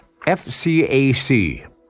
FCAC